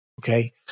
Okay